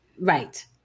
Right